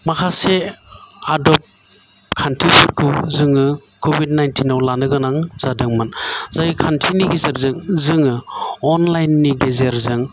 माखासे आद'ब खान्थिफोरखौ जोङो कभिद नाइनतिनाव लानो गोनां जादोंमोन जाय खान्थिनि गेजेरजों जोङो अनलाइन नि गेजेरजों